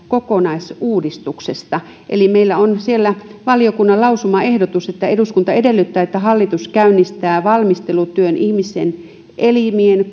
kokonaisuudistuksesta eli meillä on siellä valiokunnan lausumaehdotus että eduskunta edellyttää että hallitus käynnistää valmistelutyön ihmisen elimien